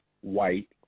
white